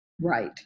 right